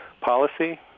policy